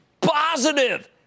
positive